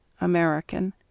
American